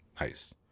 Nice